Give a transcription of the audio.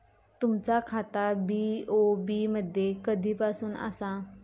तुमचा खाता बी.ओ.बी मध्ये कधीपासून आसा?